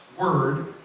word